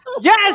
Yes